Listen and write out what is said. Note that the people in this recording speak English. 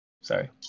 sorry